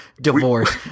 divorce